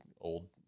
old